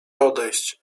odejść